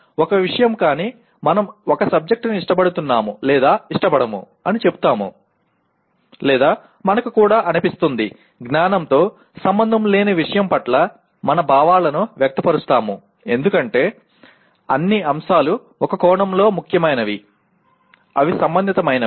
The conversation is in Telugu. ఒక విషయం కానీ మనం ఒక సబ్జెక్టును ఇష్టపడుతున్నాము లేదా ఇష్టపడము అని చెప్తాము లేదా మనకు కూడా అనిపిస్తుంది జ్ఞానంతో సంబంధం లేని విషయం పట్ల మన భావాలను వ్యక్తపరుస్తాము ఎందుకంటే అన్ని అంశాలు ఒక కోణంలో ముఖ్యమైనవి అవి సంబంధితమైనవి